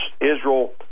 Israel